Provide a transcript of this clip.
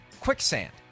Quicksand